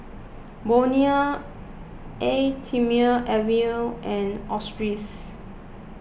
Bonia Eau thermale Avene and Australis